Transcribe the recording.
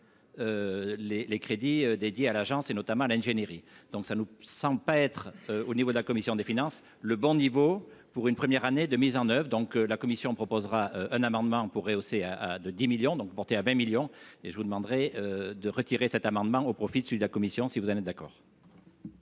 les crédits dédiés à l'agence et notamment l'ingénierie, donc ça ne sent pas être au niveau de la commission des finances, le bon niveau pour une première année de mise en oeuvre et donc la commission proposera un amendement pourrait au CAA de 10 millions donc porter à 20 millions et je vous demanderai de retirer cet amendement au profit de celui de la commission si vous allez d'accord.